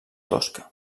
tosca